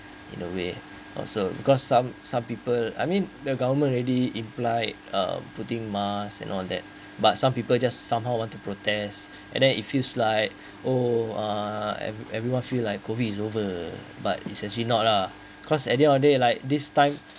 in a way also because some some people I mean the government already implied uh putting mask and all that but some people just somehow want to protest and then it feels like oh uh eve~ everyone feel like COVID is over but it's actually not lah cause at the end of day like this time